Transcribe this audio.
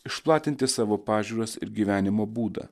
išplatinti savo pažiūras ir gyvenimo būdą